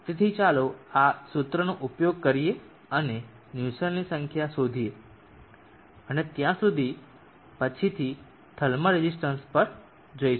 તેથી ચાલો આ સૂત્રોનો ઉપયોગ કરીએ તેથી નુસ્સેલ્ટની સંખ્યા શોધીએ અને ત્યાં સુધી પછીથી થર્મલ રે રેઝિસ્ટન્સ પર જઈશું